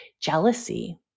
jealousy